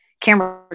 camera